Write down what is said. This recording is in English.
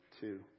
two